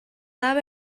lab